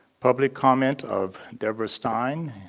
public comment of deborah stein.